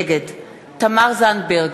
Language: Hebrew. נגד תמר זנדברג,